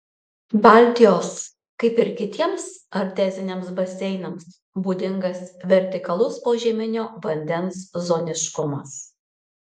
baltijos kaip ir kitiems arteziniams baseinams būdingas vertikalus požeminio vandens zoniškumas